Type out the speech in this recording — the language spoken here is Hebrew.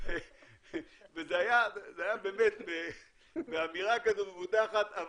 זה היה באמת באמירה כזו מבודחת,